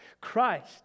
Christ